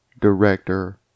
Director